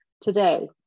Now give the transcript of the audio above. today